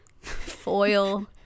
foil